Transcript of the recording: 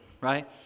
right